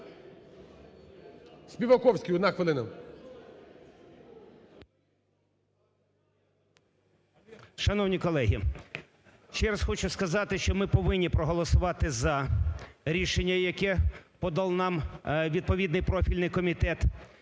Шановні колеги, ще раз хочу сказати, що ми повинні проголосувати за рішення, яке подав нам відповідний профільний комітет.